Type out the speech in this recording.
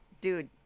dude